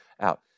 out